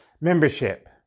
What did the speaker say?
membership